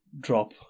drop